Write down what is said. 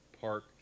park